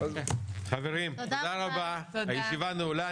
חברים, תודה רבה, הישיבה נעולה.